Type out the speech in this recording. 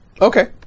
Okay